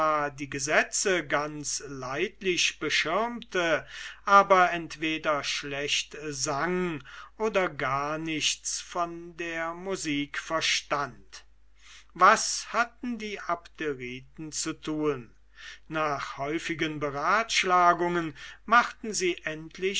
die gesetze ganz leidlich beschirmte aber entweder schlecht sang oder gar nichts von der musik verstund was hatten die abderiten zu tun nach häufigen beratschlagungen machten sie